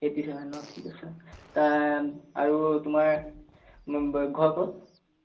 এইটি seven ন ঠিক আছে আৰু তোমাৰ ঘৰ ক'ত